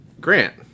Grant